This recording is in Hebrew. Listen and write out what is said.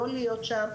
לא להיות שם.